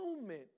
moment